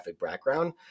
background